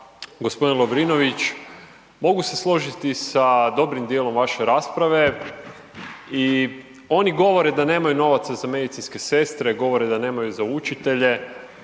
gospodin Lovrinović mogu se složiti sa dobrim dijelom vaše rasprave i oni govore da nemaju novaca za medicinske sestre, govore da nemaju za učitelje,